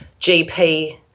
GP